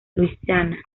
louisiana